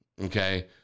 Okay